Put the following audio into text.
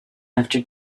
after